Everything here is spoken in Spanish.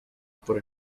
por